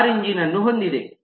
car engine ಅನ್ನು ಹೊಂದಿದೆ